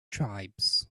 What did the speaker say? tribes